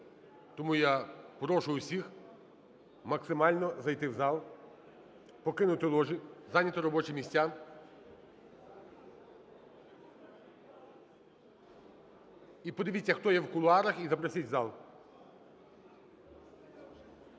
Тому я прошу всіх максимально зайти в зал, покинути ложі, зайняти робочі місця. І подивіться, хто є у кулуарах, і запросіть в зал.